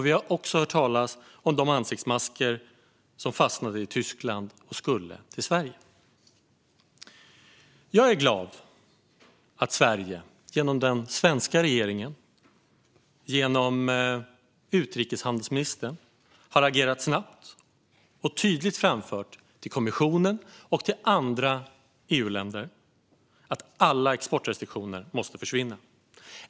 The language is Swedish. Vi har också hört talas om de ansiktsmasker som fastnade i Tyskland men skulle till Sverige. Jag är glad att Sverige genom den svenska regeringen och utrikeshandelsministern har agerat snabbt. Man har tydligt framfört till kommissionen och till andra EU-länder att alla exportrestriktioner måste försvinna.